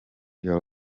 your